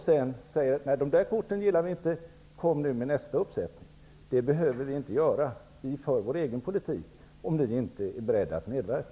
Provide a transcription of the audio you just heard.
Sedan säger ni att ni inte gillar de korten och att vi skall komma med nästa uppsättning. Det behöver vi inte göra. Vi för vår egen politik, om ni inte är beredda att medverka.